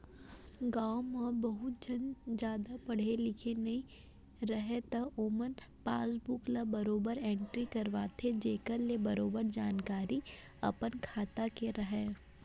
गॉंव म बहुत झन जादा पढ़े लिखे नइ रहयँ त ओमन पासबुक ल बरोबर एंटरी करवाथें जेखर ले बरोबर जानकारी अपन खाता के राहय